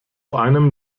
einem